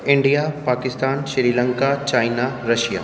India Pakistan Sri Lanka China Russia